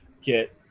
get